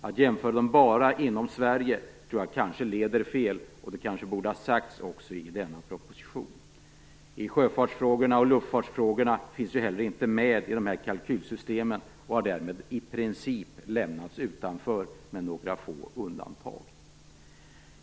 Att jämföra dem bara inom Sverige tror jag leder fel, och det kanske också borde ha sagts i denna proposition. Sjöfartsfrågorna och luftfartsfrågorna finns heller inte med i kalkylsystemen och har därmed i princip lämnats utanför, med några få undantag.